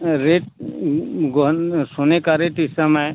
rate सोने का rate इस समय